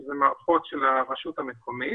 שאלה מערכות של הרשות המקומית